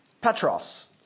Petros